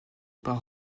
par